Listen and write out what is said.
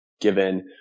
Given